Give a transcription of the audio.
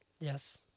Yes